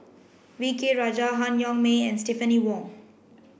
V K Rajah Han Yong May and Stephanie Wong